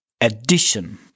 addition